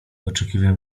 oczekiwałem